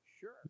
Sure